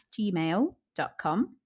gmail.com